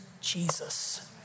Jesus